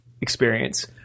experience